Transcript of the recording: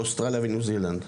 באוסטרליה וניו-זילנד.